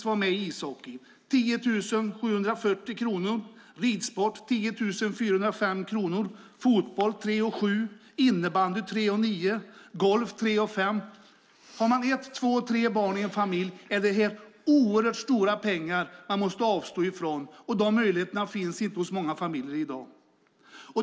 För exempelvis ishockey är det 10 740 kronor, för ridsport 10 405 kronor, för fotboll 3 700 kronor, för innebandy 3 900 kronor och för golf 3 500 kronor. Har man ett, två eller barn i en familj är det oerhört stora pengar man måste avstå från. De möjligheterna finns inte hos många familjer i dag.